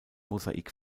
mosaik